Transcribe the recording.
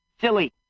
Silly